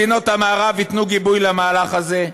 מדינות המערב ייתנו גיבוי למהלך הזה.